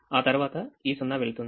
ఆ తర్వాత ఈ 0 వెళ్తుంది